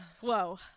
Whoa